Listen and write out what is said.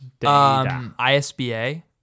ISBA